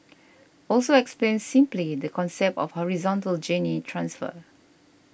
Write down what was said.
also explained simply the concept of horizontal gene transfer